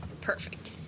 Perfect